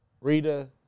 Rita